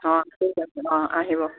অঁ ঠিক আছে অঁ আহিব